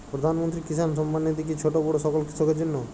প্রধানমন্ত্রী কিষান সম্মান নিধি কি ছোটো বড়ো সকল কৃষকের জন্য?